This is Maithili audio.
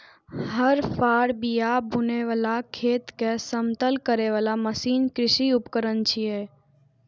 हर, फाड़, बिया बुनै बला, खेत कें समतल करै बला मशीन कृषि उपकरण छियै